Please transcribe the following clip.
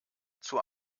zur